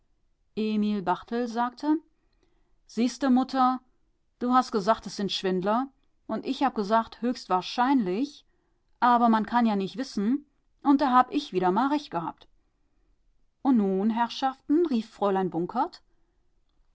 sagte siehste mutter du hast gesagt es sind schwinler und ich hab gesagt höchstwahrscheinlich aber man kann ja nich wissen und da hab ich wieder mal recht gehabt und nun herrschaften rief